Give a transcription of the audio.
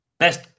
Best